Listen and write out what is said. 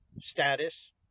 status